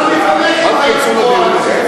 אל תיכנסו לדיון הזה.